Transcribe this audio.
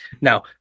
Now